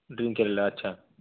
drink केलेला अच्छा